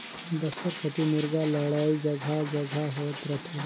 बस्तर कति मुरगा लड़ई जघा जघा होत रथे